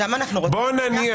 בוא נניח